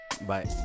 bye